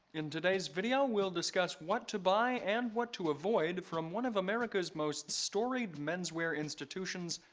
in today's video, we'll discuss what to buy and what to avoid from one of america's most storied menswear institutions,